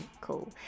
cool